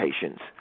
patients